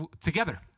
together